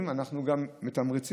אנחנו גם מתמריצים,